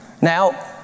Now